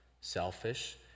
selfish